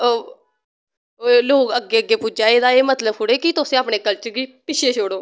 लोग अग्गे अग्गे पुज्जा दे एह्दा एह् मतलव थोह्ड़े ऐ कि तुसें अपने कल्चर गी पिछें छोड़ो